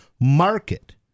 market